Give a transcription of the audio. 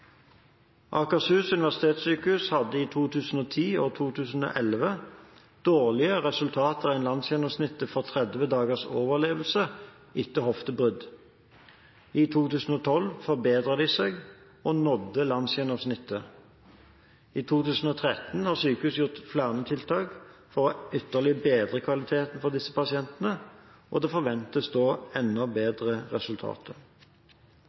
Akershus universitetssykehus hadde i 2010 og 2011 dårligere resultater enn landsgjennomsnittet for 30 dagers overlevelse etter hoftebrudd. I 2012 forbedret de seg og nådde landsgjennomsnittet. I 2013 har sykehuset gjort flere tiltak for ytterligere å bedre kvaliteten for disse pasientene, og det forventes da enda